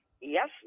yes